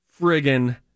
friggin